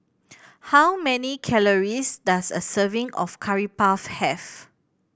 how many calories does a serving of Curry Puff have